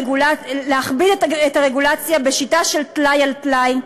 להכביד את הרגולציה בשיטה של טלאי על טלאי,